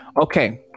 Okay